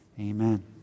Amen